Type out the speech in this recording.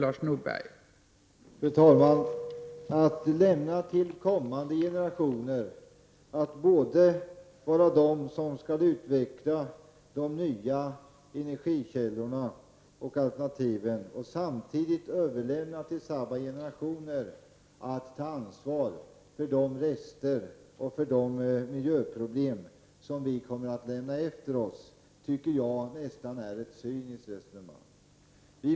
Fru talman! Att till kommande generationer, till dem som skall utveckla de nya energikällorna och alternativen, överlämna att ta ansvar för de rester och de miljöproblem som vi producerar tycker jag nästan är ett cyniskt resonemang.